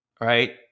Right